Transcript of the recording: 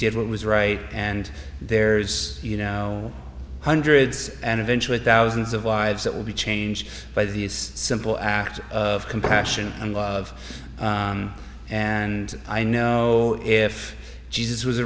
did what was right and there's you know hundreds and eventually thousands of lives that will be changed by the simple act of compassion and love and i know if jesus was